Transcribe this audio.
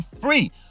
free